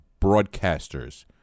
Broadcasters